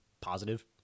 positive